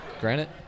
Granite